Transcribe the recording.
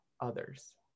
others